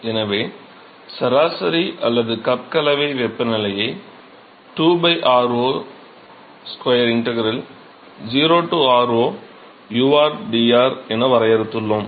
எனவே சராசரி அல்லது கப் கலவை வெப்பநிலையை 2 r0 square integral 0 r0 u rdr என வரையறுத்துள்ளோம்